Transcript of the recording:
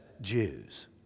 Jews